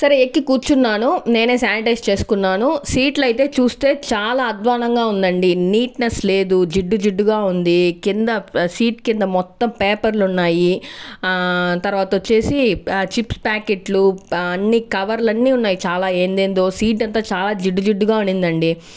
సరే ఎక్కి కూర్చున్నాను నేనే శానిటైజ్ చేసుకున్నాను సీట్లయితే చూస్తే చాలా అధ్వానంగా ఉందండి నీట్నెస్ లేదు జిడ్డు జిడ్డుగా ఉంది కింద సీట్ కింద మొత్తం పేపర్లున్నాయి తర్వాత వచ్చేసి ప్యా చిప్స్ ప్యాకెట్లు అన్నీ కవర్లన్నీ ఉన్నాయ్ చాలా ఏదేదో సీట్ అంతా చాలా జిడ్డు జిడ్డుగా ఉన్నదండి